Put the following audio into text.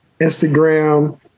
Instagram